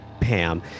Pam